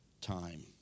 time